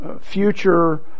future